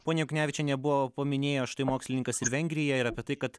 ponia juknevičiene buvo paminėjo štai mokslininkas ir vengrija ir apie tai kad